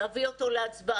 להביא אותו להצבעה,